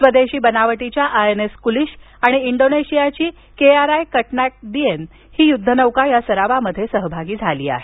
स्वदेशी बनावटीच्या आयएनएस कुलिश आणि इंडोनेशियाची केआरआय कटन्याक दिएन ही युद्धनौका सरावात सहभागी आहेत